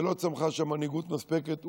ולא צמחה שם מנהיגות מספקת.